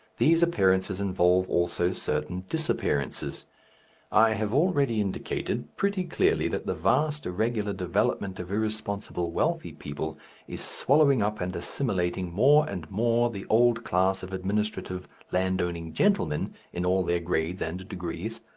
these appearances involve also certain disappearances i have already indicated pretty clearly that the vast irregular development of irresponsible wealthy people is swallowing up and assimilating more and more the old class of administrative land-owning gentlemen in all their grades and degrees.